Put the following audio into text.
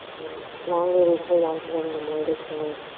longer we hold onto them, the more they kind of,